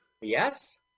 Yes